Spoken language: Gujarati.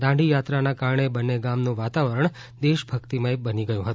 દાંડીયાત્રાના કારણે બન્ને ગામનું વાતાવરણ દેશભક્તિમય બની ગયુ હતુ